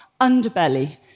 underbelly